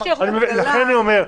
לכן אני אומר,